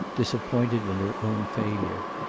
disappointed in her own failure.